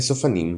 המסופנים,